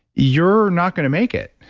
you're not going to make it.